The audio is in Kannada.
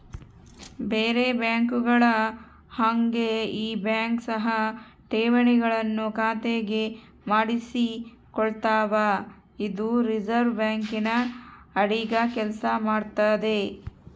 ಬೇರೆ ಬ್ಯಾಂಕುಗಳ ಹಾಗೆ ಈ ಬ್ಯಾಂಕ್ ಸಹ ಠೇವಣಿಗಳನ್ನು ಖಾತೆಗೆ ಮಾಡಿಸಿಕೊಳ್ತಾವ ಇದು ರಿಸೆರ್ವೆ ಬ್ಯಾಂಕಿನ ಅಡಿಗ ಕೆಲ್ಸ ಮಾಡ್ತದೆ